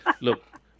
Look